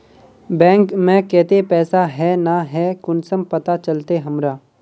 Bank में केते पैसा है ना है कुंसम पता चलते हमरा?